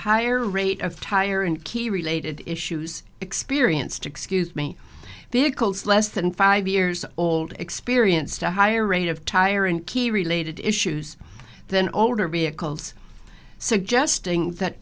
higher rate of tire and key related issues experienced excuse me vehicles less than five years old experienced a higher rate of tire and key related issues than older vehicles suggesting that